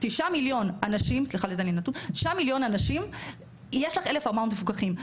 9 מיליון אנשים יש לך 1,400 מפוקחים.